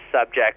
subject